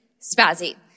spazzy